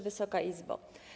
Wysoka Izbo!